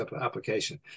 application